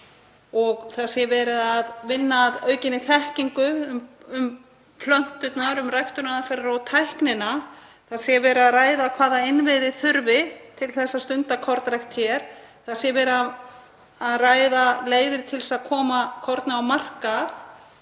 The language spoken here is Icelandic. að það sé verið að vinna að aukinni þekkingu um plönturnar, ræktunaraðferðir og tæknina. Það sé verið að ræða hvaða innviði þurfi til að stunda kornrækt hér, ræða leiðir til að koma korni á markað,